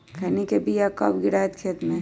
खैनी के बिया कब गिराइये खेत मे?